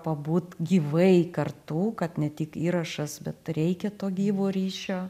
pabūt gyvai kartu kad ne tik įrašas bet reikia to gyvo ryšio